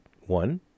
one